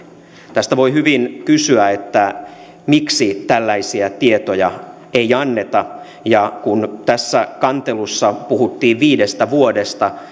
tästä voi hyvin kysyä miksi tällaisia tietoja ei anneta ja kun tässä kantelussa puhuttiin viidestä vuodesta